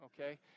okay